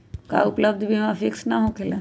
का उपलब्ध बीमा फिक्स न होकेला?